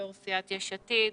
יושב-ראש סיעת יש עתיד.